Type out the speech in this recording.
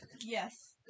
Yes